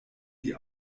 die